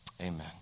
Amen